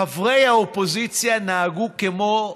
חברי האופוזיציה נהגו כמו,